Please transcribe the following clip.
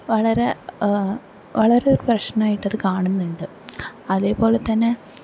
വളരെ വളരെ പ്രശ്നായിട്ടത് കാണുന്നുണ്ട് അതേപോലെതന്നെ